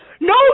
no